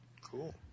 Cool